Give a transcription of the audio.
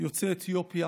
יוצאי אתיופיה.